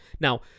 Now